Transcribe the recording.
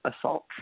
assault